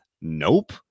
Nope